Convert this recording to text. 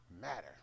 matter